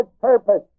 purpose